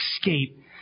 escape